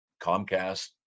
Comcast